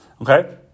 Okay